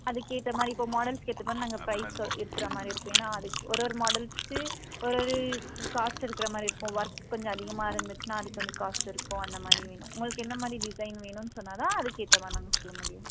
அதுக்கேற்ற மாதிரி இப்போ மாடல்ஸ்கேற்ற மாதிரி நாங்கள் ப்ரைஸு இருக்கிற மாதிரி இருக்கும் ஏன்னா ஒரு ஒரு மாடல்ஸ்க்கு ஒரு ஒரு காஸ்ட் இருக்கிற மாதிரி இருக்கும் ஒர்க் கொஞ்சம் அதிகமாக இருந்துச்சுன்னா அதுக்கு கொஞ்சம் காஸ்ட் இருக்கும் அந்த மாதிரி வேணும் உங்களுக்கு என்ன மாதிரி டிசைன் வேணும்ன்னு சொன்னாதான் அதுக்கேற்ற மாதிரி நாங்கள் சொல்ல முடியும்